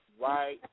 right